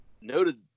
noted